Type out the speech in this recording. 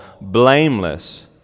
blameless